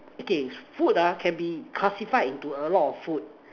okay food ah can be classified into a lot of food